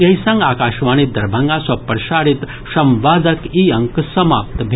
एहि संग आकाशवाणी दरभंगा सँ प्रसारित संवादक ई अंक समाप्त भेल